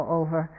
over